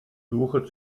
suche